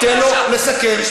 הנה,